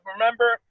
Remember